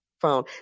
phone